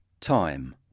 time